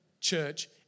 church